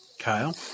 Kyle